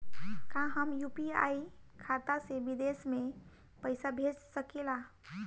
का हम यू.पी.आई खाता से विदेश में पइसा भेज सकिला?